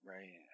Right